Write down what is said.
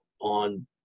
on